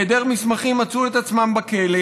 בהיעדר מסמכים הם מצאו את עצמם בכלא: